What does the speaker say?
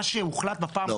מה שהוחלט --- לא,